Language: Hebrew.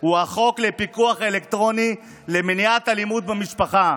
הוא החוק לפיקוח אלקטרוני למניעת אלימות במשפחה,